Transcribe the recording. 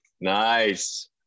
nice